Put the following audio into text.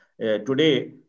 Today